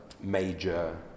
major